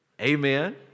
Amen